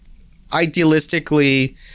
Idealistically